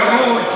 ירוד,